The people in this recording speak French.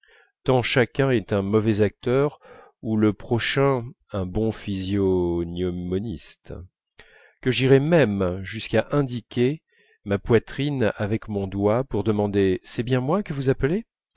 tant chacun est un mauvais acteur ou le prochain un bon physiognomoniste que j'irais même jusqu'à indiquer ma poitrine avec mon doigt pour demander c'est bien moi que vous appelez